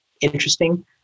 interesting